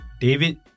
David